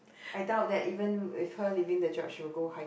I doubt that even with her leaving the job she'll go hik~